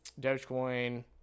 Dogecoin